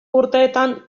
urteetan